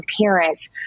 parents